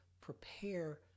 prepare